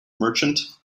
merchant